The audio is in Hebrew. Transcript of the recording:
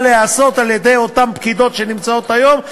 להיעשות על-ידי אותן פקידות שנמצאות היום,